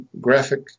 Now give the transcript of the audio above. graphic